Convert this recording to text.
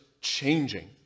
changing